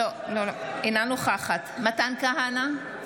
אינה נוכחת מתן כהנא,